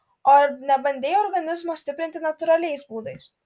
o ar nebandei organizmo stiprinti natūraliais būdais